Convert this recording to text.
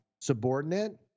subordinate